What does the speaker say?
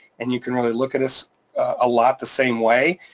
and you can really look at us a lot the same way.